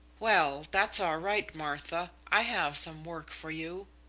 well, that's all right, martha. i have some work for you.